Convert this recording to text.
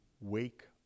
wake